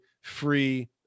free